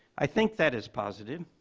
i think that is positive.